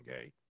okay